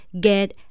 get